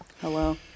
Hello